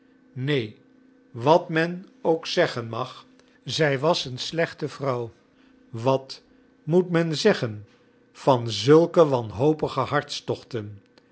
neen wat men ook zeggen mag zij was een slechte vrouw wat moet men zeggen van zulke wanhopige harstochten